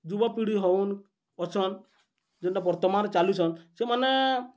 ଯୁବ ପିଢ଼ି ହଉନ୍ ଅଛନ୍ ଯେନ୍ତା ବର୍ତ୍ତମାନ ଚାଲିଛନ୍ ସେମାନେ